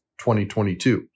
2022